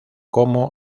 como